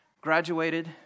graduated